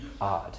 odd